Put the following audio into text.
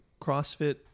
CrossFit